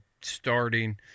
starting